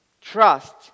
trust